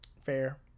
fair